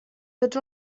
tots